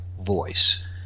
voice